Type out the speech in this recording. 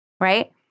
Right